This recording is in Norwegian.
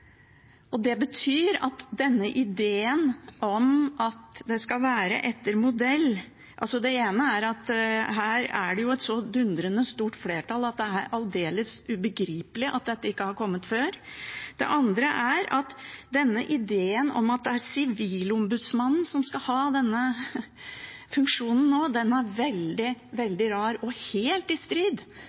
Det ene er at det her er et så dundrende stort flertall at det er aldeles ubegripelig at dette ikke har kommet før. Det andre er at ideen om at det er Sivilombudsmannen som skal ha denne funksjonen nå, er veldig, veldig rar og helt i strid